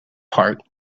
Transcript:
part